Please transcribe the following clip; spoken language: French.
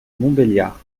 montbéliard